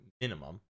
minimum